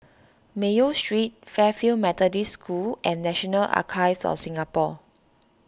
Mayo Street Fairfield Methodist School and National Archives of Singapore